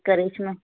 crunch میں